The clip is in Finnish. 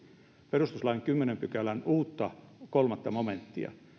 perustuslain kymmenennen pykälän uutta kolmas momenttia